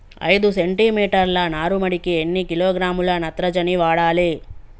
ఐదు సెంటి మీటర్ల నారుమడికి ఎన్ని కిలోగ్రాముల నత్రజని వాడాలి?